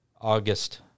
August